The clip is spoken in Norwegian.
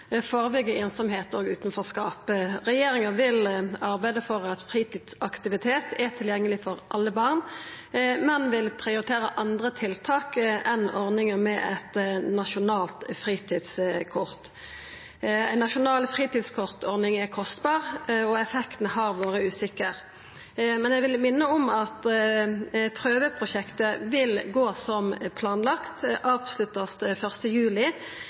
og utanforskap. Regjeringa vil arbeida for at fritidsaktivitetar skal vera tilgjengelege for alle barn, men vil prioritera andre tiltak enn ordninga med eit nasjonalt fritidskort. Ei nasjonal fritidskortordning er kostbar, og effekten har vore usikker. Eg vil minna om at prøveprosjektet vil gå som planlagt og verta avslutta 1. juli.